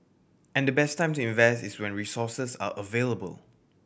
and the best time to invest is when resources are available